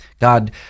God